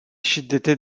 şiddete